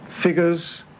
figures